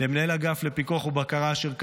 למנהל האגף לפיקוח ובקרה אשר קדוש,